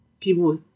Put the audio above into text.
people